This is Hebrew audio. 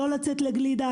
לצאת לקנות גלידה,